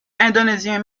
indonésien